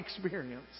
experience